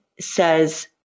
says